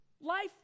Life